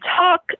talk